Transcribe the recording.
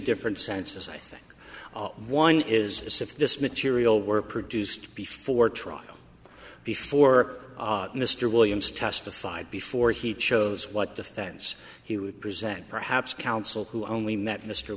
different senses i think one is this if this material were produced before trial before mr williams testified before he chose what defense he would present perhaps counsel who only met mr